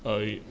buy